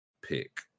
pick